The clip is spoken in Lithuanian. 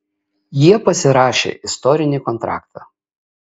jie pasirašė istorinį kontraktą